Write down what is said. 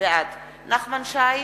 בעד נחמן שי,